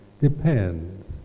depends